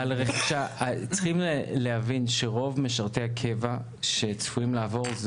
צריך להבין שרוב משרתי הקבע שצפויים לעבור זה